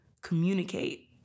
communicate